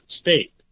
state